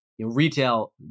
retail